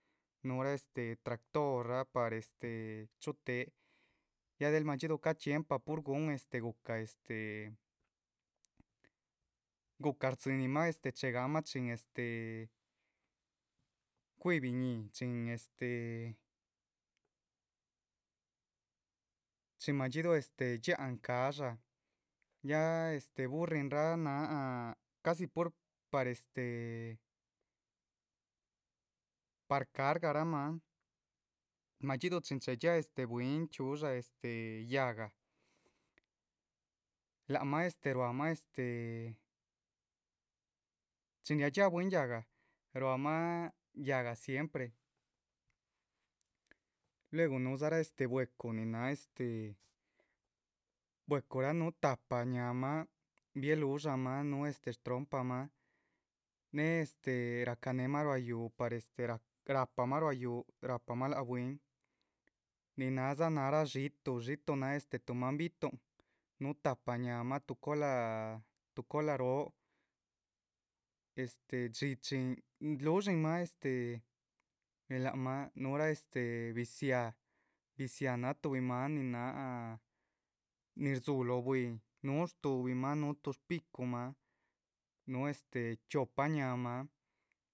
Nuhura este tractoraa par este chuhutéhe ya del madxídu ca´chxiempa pur gun este guca stzíninmah chéhegan mah este chuhí biñíhi chin este, chin madxídu dxiáhan cadxá. ya este burrinraa náha casi pur par este par cargaramah, madxíduh chin chéhe dxiáha bwín chxíudxa este yáhga lac mah este ruahmah este chin riadxiáha bwín yáhga. ruámah yáhga siempre, lueg núhudzaraa bwecu nin náha este, bwecuraadza núhu tahpa ñáhmah, bieh lúhudxamah núhu este shtompramah, néhe este rahcanehmah ruá yuhú. par este rahpamah, yuhú rahpamah lac bwín nin náhdza nára xiitu, xiitu náha este tuhu maan bi´tuhn núhu tahpa ñáhamah tu cola ró, este dxíchin luhudxínmah este. lac mah núhurah este biziáha, biziáha náha tuhbi maan nin náha, nin rdzúhu lóho bwíi núhu shdúhubihmah núhu tuh shpucumah núhu este chiopa ñáhaamah.